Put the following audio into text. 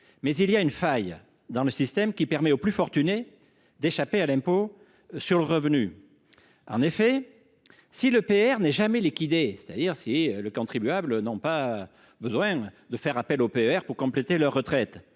Mais il y a une faille dans le système qui permet aux plus fortunés d’échapper à l’impôt sur le revenu. En effet, si le PER n’est jamais liquidé, c’est à dire si le contribuable n’a pas besoin de faire appel au PER pour compléter sa pension